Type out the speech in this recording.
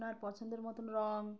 আপনার পছন্দের মতন রঙ